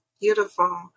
beautiful